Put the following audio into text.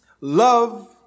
Love